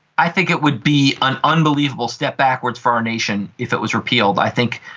i think it would be an unbelievable step backwards for our nation if it was repealed. i think,